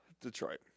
Detroit